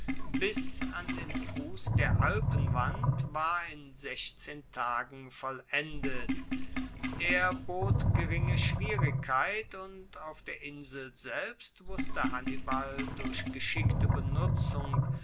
bis an den fuss der alpenwand war in sechzehn tagen vollendet er bot geringe schwierigkeit und auf der insel selbst wusste hannibal durch geschickte benutzung